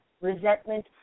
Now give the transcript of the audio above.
resentment